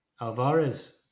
Alvarez